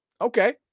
okay